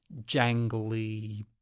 jangly